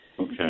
Okay